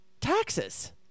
taxes